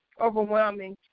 overwhelming